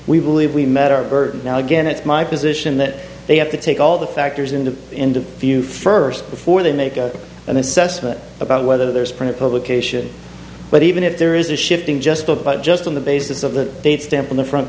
we believe we met our burden now again it's my position that they have to take all the factors in the end of view first before they make an assessment about whether there's print publication but even if there is a shifting just of but just on the basis of the date stamp on the front